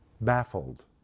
baffled